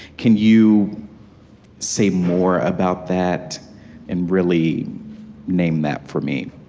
can you say more about that and really name that for me?